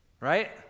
right